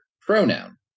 pronoun